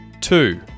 Two